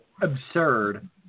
absurd